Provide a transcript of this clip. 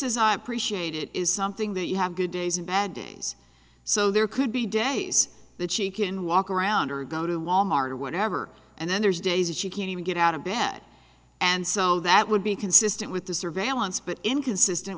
's i appreciate it is something that you have good days and bad days so there could be days that she can walk around or go to walmart or whatever and then there's days that she can't even get out of bed and so that would be consistent with the surveillance but inconsistent